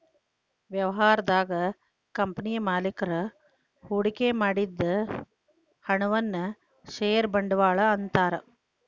ವ್ಯವಹಾರದಾಗ ಕಂಪನಿಯ ಮಾಲೇಕರು ಹೂಡಿಕೆ ಮಾಡಿದ ಹಣವನ್ನ ಷೇರ ಬಂಡವಾಳ ಅಂತಾರ